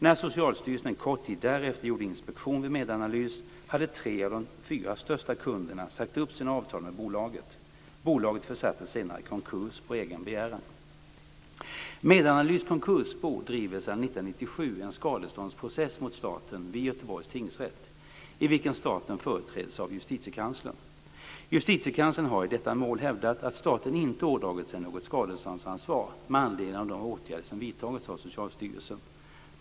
När Socialstyrelsen en kort tid därefter gjorde inspektion vid Medanalys hade tre av de fyra största kunderna sagt upp sina avtal med bolaget. Bolaget försattes senare i konkurs på egen begäran. Medanalys konkursbo driver sedan 1997 en skadeståndsprocess mot staten vid Göteborgs tingsrätt, i vilken staten företräds av Justitiekanslern. Justitiekanslern har i detta mål hävdat att staten inte ådragit sig något skadeståndsansvar med anledning av de åtgärder som vidtagits av Socialstyrelsen.